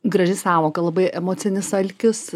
graži sąvoka labai emocinis alkis